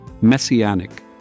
messianic